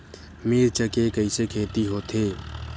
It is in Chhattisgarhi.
मिर्च के कइसे खेती होथे?